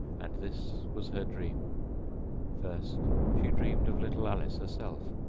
and this was her dream first, she dreamed of little alice herself,